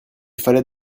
fallait